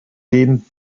gehen